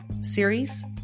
series